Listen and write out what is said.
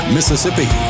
Mississippi